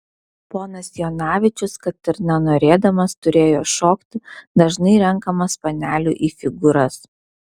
ponas jonavičius kad ir nenorėdamas turėjo šokti dažnai renkamas panelių į figūras